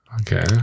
okay